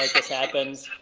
like this happens.